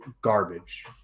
garbage